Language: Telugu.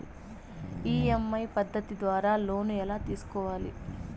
ఇ.ఎమ్.ఐ పద్ధతి ద్వారా లోను ఎలా తీసుకోవాలి